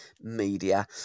Media